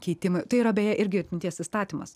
keitimą tai yra beje irgi atminties įstatymas